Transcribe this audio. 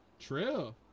True